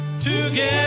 together